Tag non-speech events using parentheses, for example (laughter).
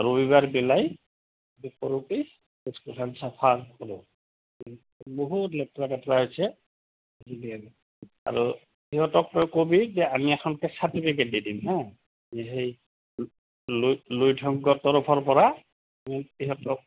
ৰবিবাৰ পেলাই (unintelligible) সৰুকেই স্কুলখন চাফা কৰোঁ (unintelligible) বহুত লেতেৰা পেতেৰা হৈছে (unintelligible) আৰু সিহঁতক তই ক'বি যে আমি এখনকে চাৰ্টিফিকেট দি দিম হা যি সেই (unintelligible) তৰফৰ পৰা (unintelligible) সিহঁতক